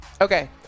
Okay